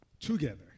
Together